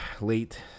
late